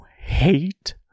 hate